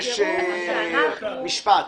יש משפט.